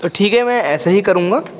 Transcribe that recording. تو ٹھیک ہے میں ایسے ہی کروں گا